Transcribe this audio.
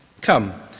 come